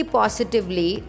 positively